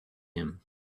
him